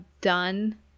done –